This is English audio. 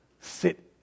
sit